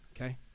okay